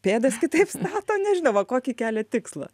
pėdas kitaip stato nežinau va kokį kelią tikslą